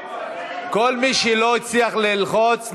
כל מי שלא הצליח ללחוץ,